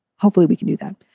hopefully we can do that.